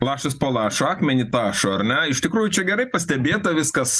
lašas po lašo akmenį tašo ar ne iš tikrųjų čia gerai pastebėta viskas